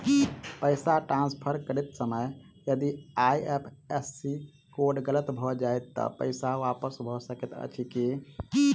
पैसा ट्रान्सफर करैत समय यदि आई.एफ.एस.सी कोड गलत भऽ जाय तऽ पैसा वापस भऽ सकैत अछि की?